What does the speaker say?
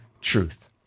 truth